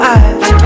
eyes